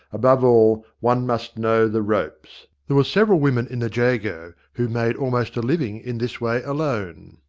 above all, one must know the ropes. there were several women in the jago who made almost a living in this way alone.